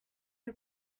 our